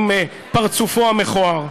עם פרצופו המכוער.